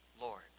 Lord